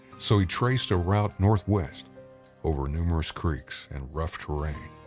so he traced a route northwest over numerous creeks and rough terrain.